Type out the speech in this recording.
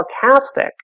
sarcastic